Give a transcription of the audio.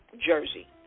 Jersey